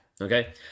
Okay